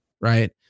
right